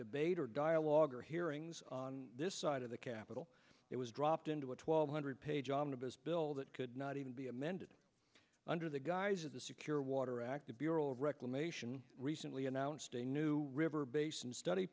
debate or dialogue or hearings on this side of the capitol it was dropped into a twelve hundred page omnibus bill that could not even be amended under the guise of the secure water act the bureau of reclamation recently announced a new river basin study